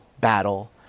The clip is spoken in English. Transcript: battle